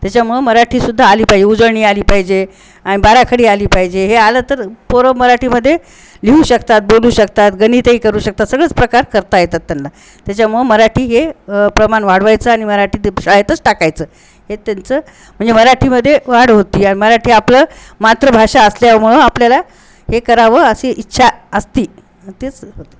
त्याच्यामुळं मराठीसुद्धा आली पायजे उजळणी आली पाहिजे आणि बााराखडी आली पाहिजे हे आलं तर पोरं मराठीमध्ये लिहू शकतात बोलू शकतात गणितही करू शकतात सगळंच प्रकार करता येतात त्यांना त्याच्यामुळं मराठी हे प्रमाण वाढवायचं आणि मराठीत शाळेतच टाकायचं हे त्यांचं म्हणजे मराठीमध्ये वाढ होती आणि मराठी आपलं मातृभाषा असल्यामुळं आपल्याला हे करावं अशी इच्छा असती तेच होतं